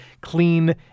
Clean